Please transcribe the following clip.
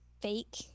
fake